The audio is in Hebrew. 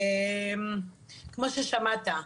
כמו ששמעת,